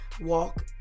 walk